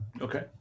Okay